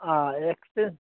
हय एक्सपिर्यन्स